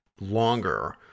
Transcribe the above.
longer